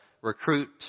recruit